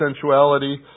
sensuality